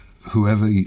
whoever